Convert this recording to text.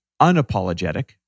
unapologetic